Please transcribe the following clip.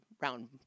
round